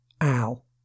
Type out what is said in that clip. Al